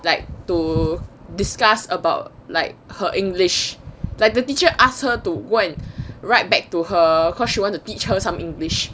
like to discuss about like her english like the teacher ask her to go and write back to her because she wanted to teach her some english